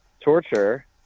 torture